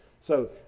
so,